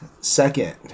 second